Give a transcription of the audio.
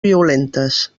violentes